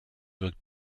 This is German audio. wirkt